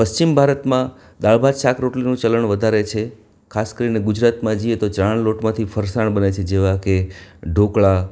પશ્ચિમ ભારતમાં દાળ ભાત શાક રોટલીનું ચલણ વધારે છે ખાસ કરીને ગુજરાતમાં જઈએ તો ચણાના લોટમાંથી ફરસાણ બને છે જેવા કે ઢોકળા